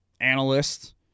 analysts